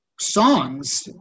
songs